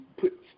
put